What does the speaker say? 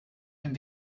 dem